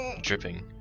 Dripping